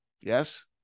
Yes